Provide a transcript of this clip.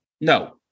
No